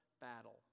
battle